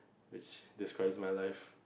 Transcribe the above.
it's describe my life